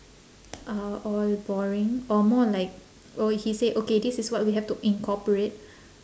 are all boring or more like oh he say okay this is what we have to incorporate